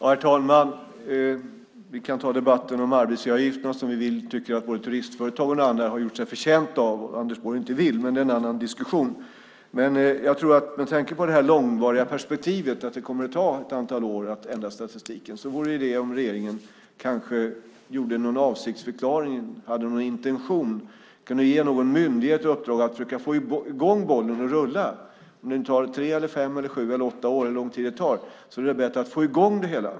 Herr talman! Vi kan ta debatten om arbetsgivaravgifterna en annan gång. Vi tycker att både turistföretagen och andra har gjort sig förtjänta sig av detta, men det vill inte Anders Borg. Det är en annan diskussion. Med tanke på det här långvariga perspektivet, att det kommer att ta ett antal år att ändra statistiken, vore det kanske idé om regeringen gjorde en avsiktsförklaring, hade någon intention och kunde ge någon myndighet i uppdrag att få i bollen i rullning. Även om det tar tre, fem, sju eller åtta år är det bättre att få i gång det hela.